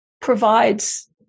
provides